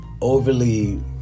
overly